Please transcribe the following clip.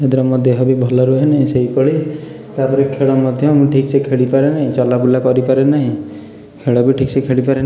ଯା ଦ୍ୱାରା ମୋ ଦେହ ବି ଭଲ ରୁହେ ନାହିଁ ସେହିପଳି ତା'ପରେ ଖେଳ ମଧ୍ୟ ମୁଁ ଠିକ ସେ ଖେଳିପାରେ ନାହିଁ ଚଲା ବୁଲା କରି ପାରେନାହିଁ ଖେଳ ବି ଠିକ ସେ ଖେଳିପାରେ ନାହିଁ